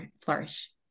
flourish